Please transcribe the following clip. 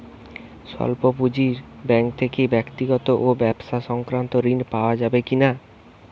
স্বল্প পুঁজির ব্যাঙ্ক থেকে ব্যক্তিগত ও ব্যবসা সংক্রান্ত ঋণ পাওয়া যাবে কিনা?